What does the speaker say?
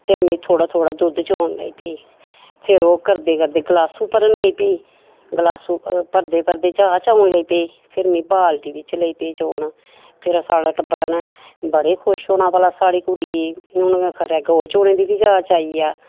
फिर में थोह्ड़ा थोह्ड़ा दुद्ध चौन लेई पेई फिर ओह् करदे करदे गलासू भरन लेई पेई फ्ही गलासू भरदे भरदे जाच औन लेई पेई फिर में बाल्टी बिच लेई पेई चौना फिर साढ़े टब्बरे ने बडे़ खुश होना भला साढ़ी कुड़ी गी हून खरै गौऽ चौने दी बी जाच आई जा